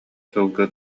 сылгы